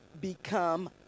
become